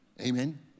Amen